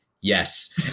yes